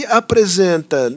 apresenta